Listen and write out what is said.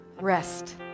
rest